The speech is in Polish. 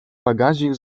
pagazich